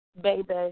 baby